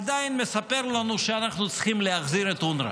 עדיין מספר לנו שאנחנו צריכים להחזיר את אונר"א.